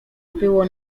było